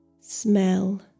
smell